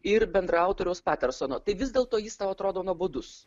ir bendraautoriaus patersono tai vis dėlto jis tau atrodo nuobodus